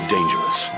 Dangerous